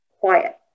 quiet